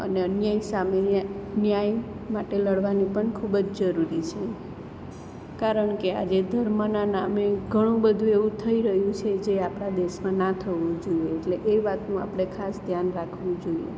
અને અન્યાય સામે ન્યાય માટે લડવાની પણ ખૂબ જ જરૂરી છે કારણ કે આજે ધર્મના નામે ઘણું બધું એવું થઈ રહ્યું છે જે આપણા દેશમાં ના થવું જોઈએ એટલે એ વાતનું આપણે ખાસ ધ્યાન રાખવું જોઈએ